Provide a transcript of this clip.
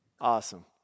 Awesome